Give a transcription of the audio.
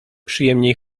przyjemniej